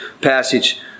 passage